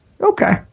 Okay